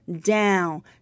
down